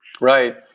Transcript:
Right